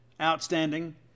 outstanding